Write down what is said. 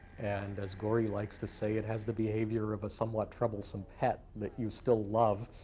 and as gauri likes to say, it has the behavior of a somewhat troublesome pet that you still love.